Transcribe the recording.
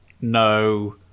no